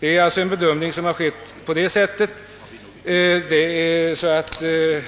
Det är alltså en bedömning som har skett på detta sätt.